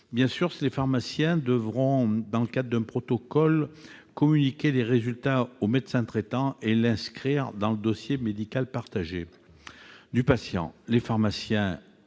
Bien sûr, les pharmaciens devront, dans le cadre d'un protocole, communiquer les résultats de ces examens au médecin traitant et les inscrire dans le DMP, le dossier médical partagé du patient. Les pharmaciens